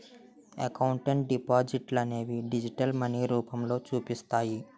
account డిపాజిట్లనేవి digital money రూపంలో చూపిస్తాయి